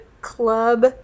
club